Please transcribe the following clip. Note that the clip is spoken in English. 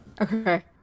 Okay